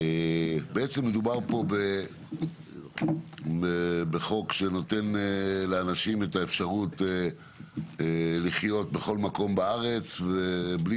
מדובר פה בחוק שנותן לאנשים את האפשרות לחיות בכל מקום בארץ בלי